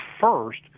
first